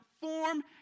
form